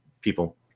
people